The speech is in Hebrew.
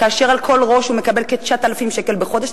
כאשר על כל ראש הוא מקבל כ-9,000 שקלים בחודש.